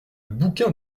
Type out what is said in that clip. bouquin